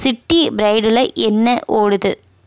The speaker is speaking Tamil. சிட்டி பிரைடில் என்ன ஓடுது